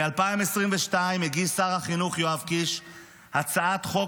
ב-2022 הגיש שר החינוך יואב קיש הצעת חוק